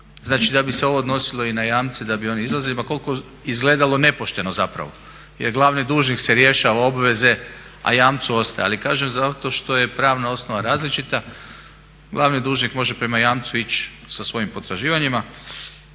Znači da bi se ovo odnosilo i na jamce, da bi oni izlazili ma koliko izgledalo nepošteno zapravo jer se glavni dužnik rješava obveze, a jamcu ostaje. Ali kažem zato što je pravna osnova različita glavni dužnik može prema jamcu ići sa svojim potraživanjima.